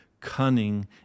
cunning